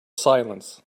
silence